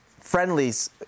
friendlies